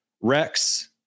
Rex